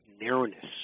narrowness